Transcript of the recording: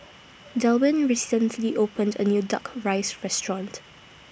Delwin recently opened A New Duck Rice Restaurant